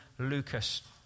Lucas